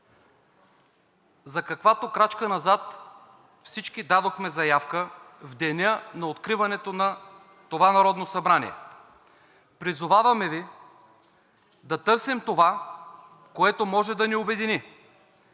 за каквато крачка назад всички дадохме заявка в деня на откриването на това Народно събрание. Призоваваме Ви да търсим това, което може да ни обедини